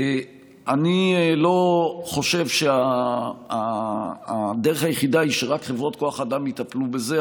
אני לא חושב שהדרך היחידה היא שרק חברות כוח אדם יטפלו בזה,